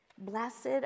Blessed